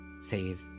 save